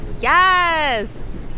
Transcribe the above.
Yes